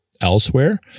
elsewhere